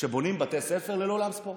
שבונים בתי ספר ללא אולם ספורט.